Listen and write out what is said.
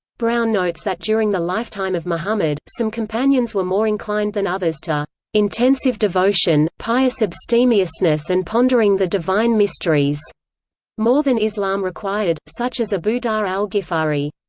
brown notes that during the lifetime of muhammad, some companions were more inclined than others to intensive devotion, pious abstemiousness and pondering the divine mysteries more than islam required, such as abu dhar al-ghifari.